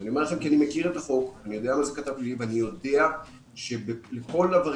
אני אומר לכם כי אני מכיר את החוק ואני ידוע שלכל עבריין